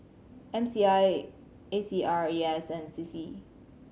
M C I A C R E S and C C